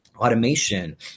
automation